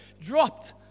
dropped